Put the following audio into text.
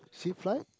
cheap flight